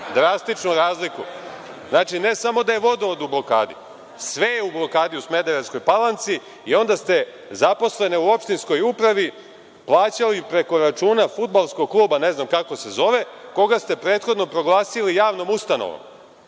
drastičnu razliku. Znači, ne samo da je vodovod u blokadi, sve je u blokadi u Smederevskoj Palanci i onda ste zaposlene u opštinskoj upravi plaćali preko računa fudbalskog kluba, ne znam kako se zove, koga ste prethodno proglasili javnom ustanovom. To